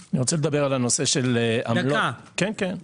אני רוצה לדבר על הנושא של עמלות שהעסקים